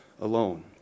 alone